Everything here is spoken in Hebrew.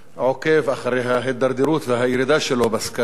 עוקב אחרי ההידרדרות והירידה שלו בסקרים,